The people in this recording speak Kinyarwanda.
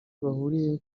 bahuriye